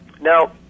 Now